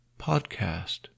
podcast